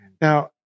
Now